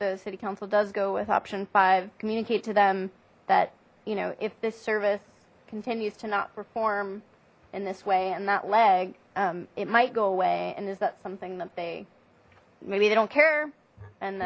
the city council does go with option five communicate to them that you know if this service continues to not perform in this way and that leg it might go away and is that something that they maybe they don't care and